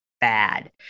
bad